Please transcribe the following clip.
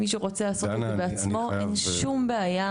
מי שרוצה לעשות את זה בעצמו, אז אין שום בעיה.